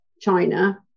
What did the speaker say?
China